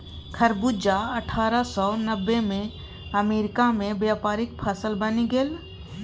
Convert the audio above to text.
खरबूजा अट्ठारह सौ नब्बेमे अमेरिकामे व्यापारिक फसल बनि गेल